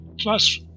Plus